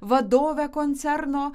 vadove koncerno